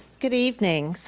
good evening. so